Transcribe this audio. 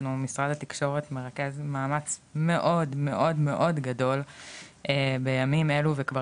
אנחנו משרד התקשורת מרכז מאמץ מאוד מאוד מאוד גדול בימים אלו וכבר